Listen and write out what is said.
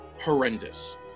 horrendous